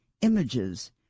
Images